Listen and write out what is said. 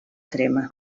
crema